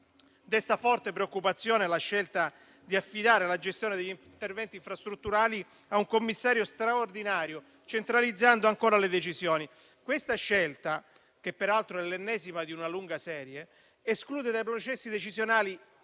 Desta forte preoccupazione la scelta di affidare la gestione degli interventi infrastrutturali a un commissario straordinario, centralizzando ancora le decisioni. Questa scelta, che peraltro è l'ennesima di una lunga serie, esclude concretamente dai processi decisionali